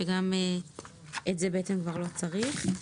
שגם את זה כבר לא צריך.